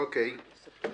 אוקיי.